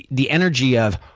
the energy of,